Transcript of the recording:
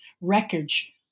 wreckage